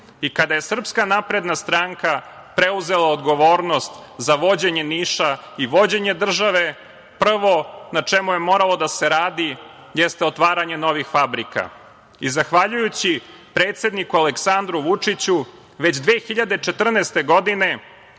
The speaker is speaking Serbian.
i kada je SNS preuzela odgovornost za vođenje Niša i vođenje države prvo na čemu je moralo da se radi jeste otvaranje novih fabrika. Zahvaljujući predsedniku Aleksandru Vučiću već 2014. godine